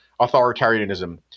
authoritarianism